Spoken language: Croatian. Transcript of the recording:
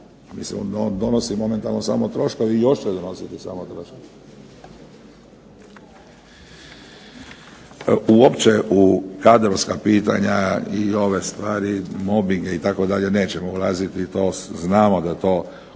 On donosi momentalno samo troškove i još će donositi samo troškove. Uopće kadrovska pitanja i ove stvari mobinge nećemo ulaziti i to znamo da uvijek ima